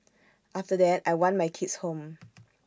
after that I want my kids home